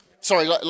Sorry